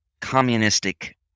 communistic